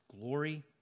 glory